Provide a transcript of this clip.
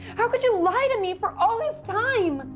how could you lie to me for all this time?